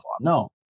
No